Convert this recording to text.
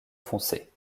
foncé